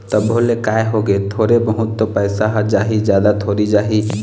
तभो ले काय होगे थोरे बहुत तो पइसा ह जाही जादा थोरी जाही